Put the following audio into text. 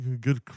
good